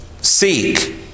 seek